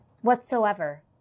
whatsoever